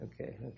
Okay